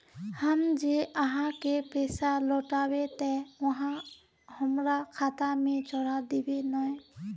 हम जे आहाँ के पैसा लौटैबे ते आहाँ हमरा खाता में चढ़ा देबे नय?